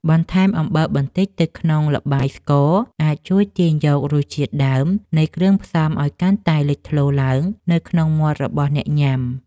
បន្ថែមអំបិលបន្តិចទៅក្នុងល្បាយស្ករអាចជួយទាញយករសជាតិដើមនៃគ្រឿងផ្សំឱ្យកាន់តែលេចធ្លោឡើងនៅក្នុងមាត់របស់អ្នកញ៉ាំ។